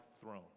throne